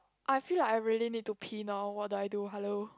I feel like I really need to pee now what do I do hello